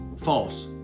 false